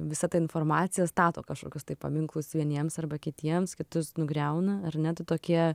visa ta informacija stato kažkokius tai paminklus vieniems arba kitiems kitus nugriauna ar ne tie tokie